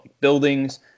buildings